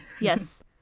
Yes